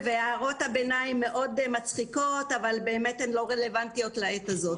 הערות הביניים מאוד מצחיקות אבל הן לא רלוונטיות לעת הזאת.